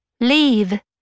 leave